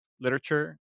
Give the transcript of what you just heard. literature